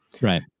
right